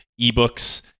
ebooks